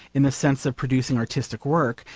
in the sense of producing artistic work,